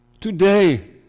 Today